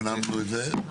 הפנמנו את זה.